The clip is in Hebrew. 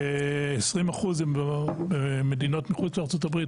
20% זה מדינות מחוץ לארה"ב,